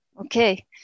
Okay